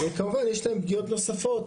כמובן יש להם פגיעות נוספות,